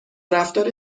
رفتار